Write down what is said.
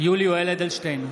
יולי יואל אדלשטיין,